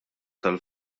tal